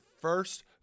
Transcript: first